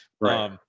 right